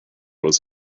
was